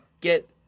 get